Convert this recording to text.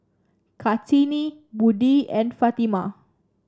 Kartini Budi and Fatimah